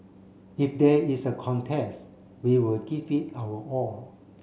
if there is a contest we will give it our all